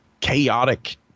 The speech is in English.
chaotic